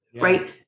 right